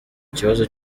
ikibazo